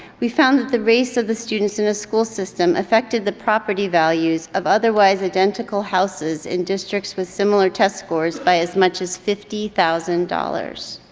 we found that the race of the students in a school system affected the property values of otherwise identical houses in districts with similar test scores by as much as fifty thousand dollars.